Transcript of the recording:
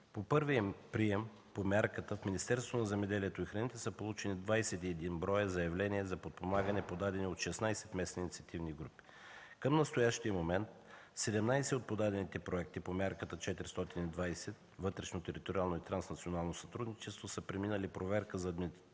По първия прием по мярката в Министерството на земеделието и храните са получени 21 броя заявления за подпомагане, подадени от 16 местни инициативни групи. Към настоящия момент 17 от подадените проекти по Мярка „Вътрешно териториално и транснационално сътрудничество” са преминали проверка за административно